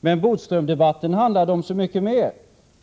Men Bodströmdebatten handlade om så mycket mer.